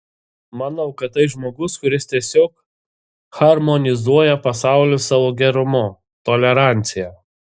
manau kad tai žmogus kuris tiesiog harmonizuoja pasaulį savo gerumu tolerancija